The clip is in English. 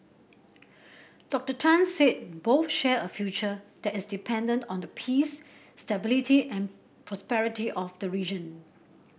Doctor Tan said both share a future that is dependent on the peace stability and prosperity of the region